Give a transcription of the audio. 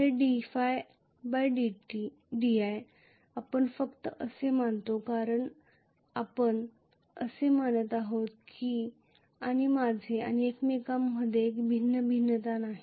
हे ddi आपण फक्त असे मानतो कारण आपण असे मानत आहोत की आणि माझे आणि एकमेकांमध्ये एक भिन्न भिन्नता नाही